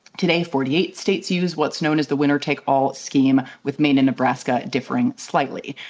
today, forty eight states use what's known as the winner take all scheme, with maine and nebraska differing slightly.